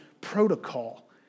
protocol